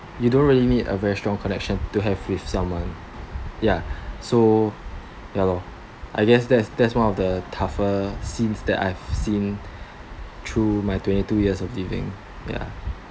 you don't really need a very strong connection to have with someone ya so ya lor I guess that's that's one of the tougher scene that I've seen through my twenty two years of living yeah